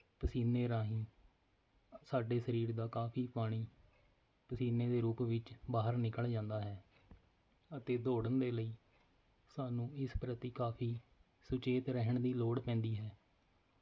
ਪਸੀਨੇ ਰਾਹੀਂ ਸਾਡੇ ਸਰੀਰ ਦਾ ਕਾਫੀ ਪਾਣੀ ਪਸੀਨੇ ਦੇ ਰੂਪ ਵਿੱਚ ਬਾਹਰ ਨਿਕਲ ਜਾਂਦਾ ਹੈ ਅਤੇ ਦੌੜਨ ਦੇ ਲਈ ਸਾਨੂੰ ਇਸ ਪ੍ਰਤੀ ਕਾਫੀ ਸੁਚੇਤ ਰਹਿਣ ਦੀ ਲੋੜ ਪੈਂਦੀ ਹੈ